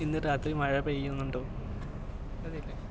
ഇന്ന് രാത്രി മഴ പെയ്യുന്നുണ്ടോ